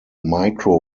micro